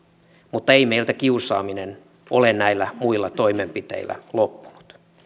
mutta ei meiltä kiusaaminen ole näillä muilla toimenpiteillä loppunut